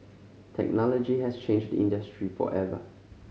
technology has changed the industry forever